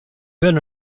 been